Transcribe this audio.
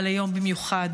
אבל היום במיוחד,